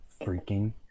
freaking